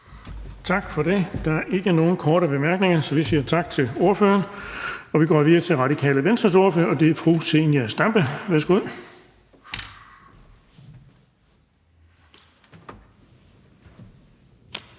Tak for det. Så er der ikke flere korte bemærkninger. Tak til ordføreren. Vi går videre til Radikale Venstres ordfører, og det er fru Katrine Robsøe. Værsgo.